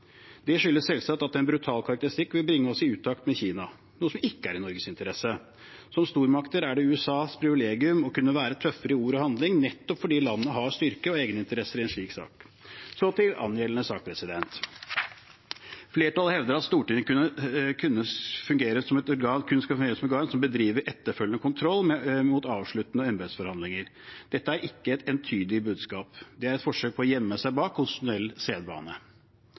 Det skyldes selvsagt at en brutal karakteristikk vil bringe oss i utakt med Kina, noe som ikke er i Norges interesse. Som stormakt er det USAs privilegium å kunne være tøffere i ord og handling, nettopp fordi landet har styrke og egeninteresser i en slik sak. Så til angjeldende sak. Flertallet hevder at Stortinget kun skal fungere som et organ som bedriver etterfølgende kontroll mot avsluttende embetsforhandlinger. Dette er ikke et entydig budskap. Det er et forsøk på å gjemme seg bak